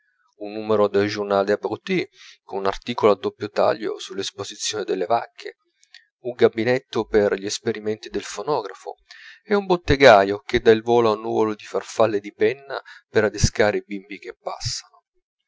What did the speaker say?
un numero del journal des abrutis con un articolo a doppio taglio sull'esposizione delle vacche un gabinetto per gli esperimenti del fonografo e un bottegaio che dà il volo a un nuvolo di farfalle di penna per adescare i bimbi che passano